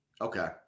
Okay